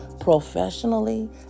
professionally